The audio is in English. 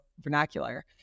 vernacular